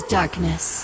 darkness